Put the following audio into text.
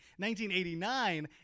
1989